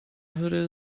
hürde